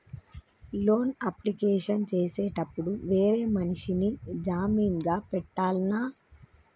Loan application చేసేటప్పుడు వేరే మనిషిని జామీన్ గా పెట్టాల్నా?